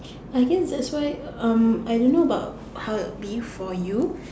I guess that's why um I don't know about how it'll be for you